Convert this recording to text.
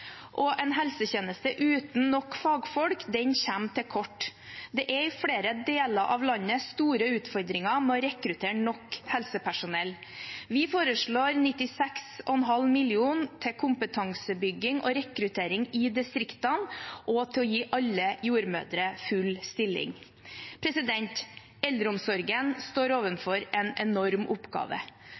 En helsetjeneste uten nok fagfolk kommer til kort. Det er i flere deler av landet store utfordringer med å rekruttere nok helsepersonell. Vi foreslår 96,5 mill. kr til kompetansebygging og rekruttering i distriktene og for å gi alle jordmødre full stilling. Eldreomsorgen står overfor en enorm oppgave.